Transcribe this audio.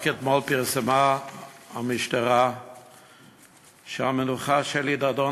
רק אתמול פרסמה המשטרה שהמנוחה שלי דדון,